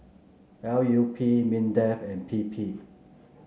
L U P Mindefand P P